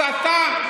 הסתה.